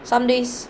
some days